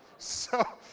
so,